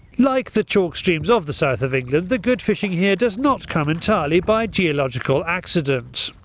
like the chalk streams of the south of england, the good fishing here does not come entirely by geological accident.